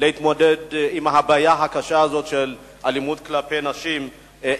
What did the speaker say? להתמודד עם הבעיה הקשה הזאת של אלימות כלפי נשים.